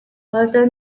хоолой